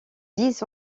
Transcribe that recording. dix